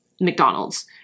McDonald's